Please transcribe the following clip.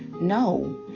No